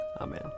Amen